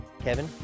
Kevin